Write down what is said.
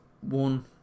One